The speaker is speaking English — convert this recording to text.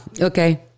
Okay